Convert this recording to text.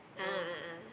a'ah a'ah